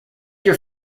your